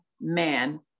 man